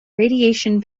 radiation